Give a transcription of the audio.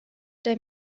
der